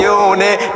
unit